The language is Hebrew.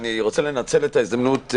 אני רוצה לנצל את ההזדמנות.